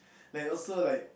like also like